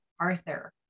Arthur